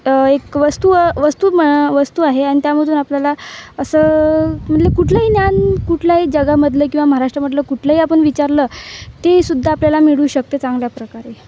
एक वस्तू वस्तू म वस्तू आहे आणि त्यामधून आपल्याला असं म्हणजे कुठलंही ज्ञान कुठल्याही जगामधलं किंवा महाराष्ट्रामधलं कुठलंही आपण विचारलं तेसुद्धा आपल्याला मिळू शकते चांगल्या प्रकारे